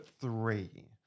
three